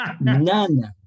None